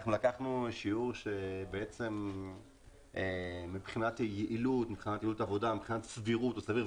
אנחנו לקחנו שיעור שמבחינת יעילות העבודה הוא סביר,